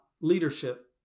leadership